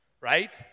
right